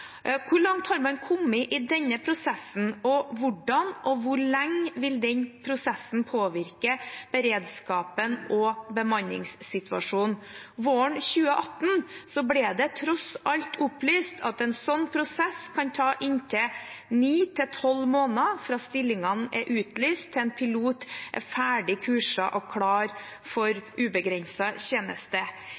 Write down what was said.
Hvor langt har man kommet i denne prosessen? Og hvordan og hvor lenge vil den prosessen påvirke beredskapen og bemanningssituasjonen? Våren 2018 ble det tross alt opplyst at en sånn prosess kan ta inntil ni–tolv måneder fra stillingene er utlyst til en pilot er ferdig kurset og klar for ubegrenset tjeneste.